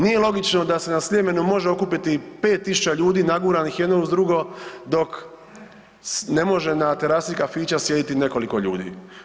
Nije logično da se na Sljemenu može okupiti 5.000 ljudi naguranih jedno uz drugo, dok ne može na terasi kafića sjediti nekoliko ljudi.